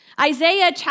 Isaiah